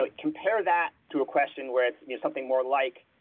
but compare that to a question where it's something more like,